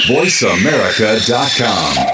VoiceAmerica.com